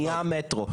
נהיה המטרו.